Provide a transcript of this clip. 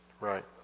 right